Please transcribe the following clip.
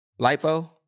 Lipo